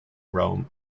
rome